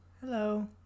Hello